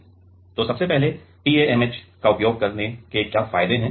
तो सबसे पहले TMAH का उपयोग करने के क्या फायदे हैं